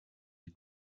die